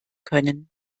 können